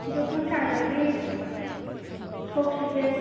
ꯑꯗꯣ ꯄꯨꯡ ꯀꯌꯥꯗꯒꯤ ꯊꯣꯛꯁꯤꯒꯦ